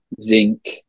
zinc